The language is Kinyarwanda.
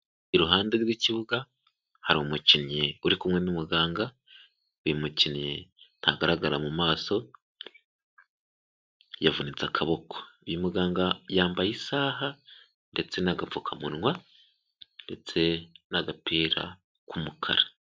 Iruhande rw'ikibuga hari umukinnyi uri kumwe n'umuganga uyu mukinnyi ntagaragara mu maso yavunitse akaboko uyu muganga yambaye isaha ndetse n'agapfukamunwa ndetse n'agapira k'umukara.